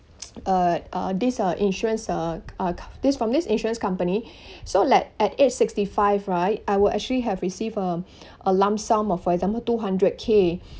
uh uh this uh insurance uh c~ uh c~ from this insurance company so like at age sixty five right I will actually have received um a lump sum uh for example two hundred K